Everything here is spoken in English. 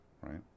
right